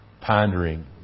pondering